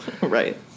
Right